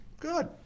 Good